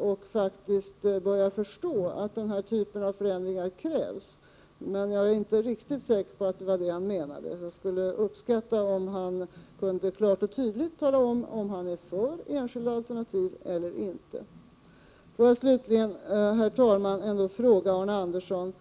och faktiskt börjar förstå att den här typen av förändringar krävs. Men jag är inte riktigt säker på att det var det han menade. Jag skulle — Prot. 1988/89:129 uppskatta om han kunde klart och tydligt tala om huruvida han är för 6 juni 1989 enskilda alternativ eller inte. Herr talman! Får jag slutligen ställa en fråga till Arne Andersson.